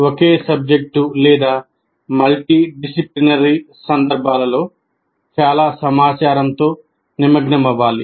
ఒకే subject లేదా multidisciplinary సందర్భంలో చాలా సమాచారంతో నిమగ్నమవ్వాలి